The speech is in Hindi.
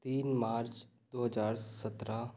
तीन मार्च दो हज़ार सत्रह